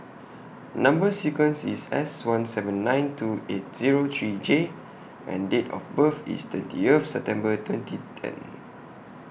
Number sequence IS S one seven nine two eight Zero three J and Date of birth IS twentieth September twenty ten